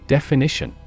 Definition